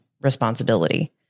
responsibility